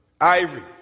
Ivory